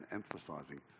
emphasizing